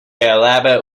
elaborate